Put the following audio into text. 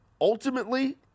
Ultimately